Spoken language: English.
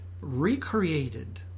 recreated